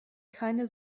keine